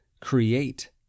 create